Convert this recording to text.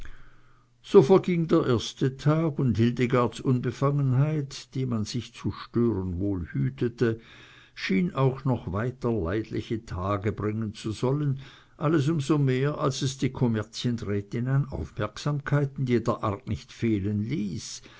so verging der erste tag und hildegards unbefangenheit die man sich zu stören wohl hütete schien auch noch weiter leidliche tage bringen zu sollen alles um so mehr als es die kommerzienrätin an aufmerksamkeiten jeder art nicht fehlen ließ